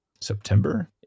September